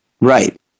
Right